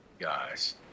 Guys